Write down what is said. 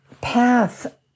path